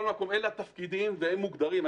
אלה התפקידים והם מוגדרים.